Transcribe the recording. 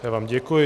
Já vám děkuji.